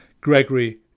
Gregory